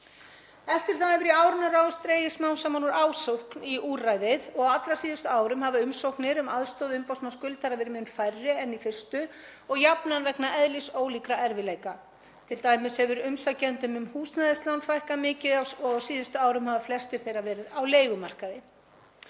Eftir það hefur í áranna rás dregið smám saman úr ásókn í úrræðið og á allra síðustu árum hafa umsóknir um aðstoð umboðsmanns skuldara verið mun færri en í fyrstu og jafnan vegna eðlisólíkra erfiðleika, t.d. hefur umsækjendum um húsnæðislán fækkað mikið og á síðustu árum hafa flestir þeirra verið á leigumarkaði.